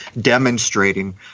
demonstrating